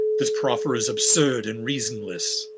this proffer is absurd, and reasonlesse